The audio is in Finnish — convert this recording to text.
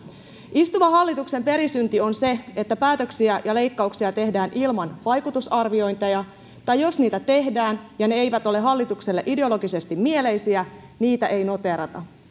istuvan hallituksen perisynti on se että päätöksiä ja leikkauksia tehdään ilman vaikutusarviointeja tai jos niitä tehdään ja ne eivät ole hallitukselle ideologisesti mieleisiä niitä ei noteerata